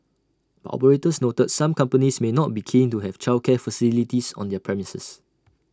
but operators noted some companies may not be keen to have childcare facilities on their premises